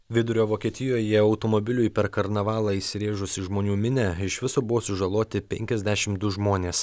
vidurio vokietijoje automobiliui per karnavalą įsirėžus į žmonių minią iš viso buvo sužaloti penkiasdešim du žmonės